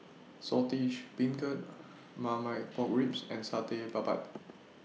Saltish Beancurd Marmite Pork Ribs and Satay Babat